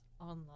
online